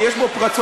כי יש בו פרצות.